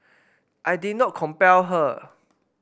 I did not compel her